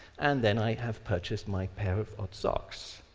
and then i have purchased my pair of odd socks.